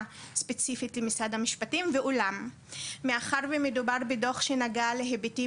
ספציפית ממשרד המשפטים ואולם מאחר ומדובר בדוח שנגע להיבטים